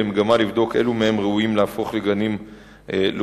במגמה לבדוק אילו מהם ראויים להפוך לגנים לאומיים.